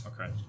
Okay